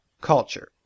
culture